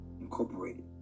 Incorporated